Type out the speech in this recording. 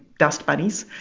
dust bunnies.